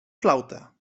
flauta